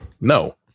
No